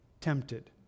tempted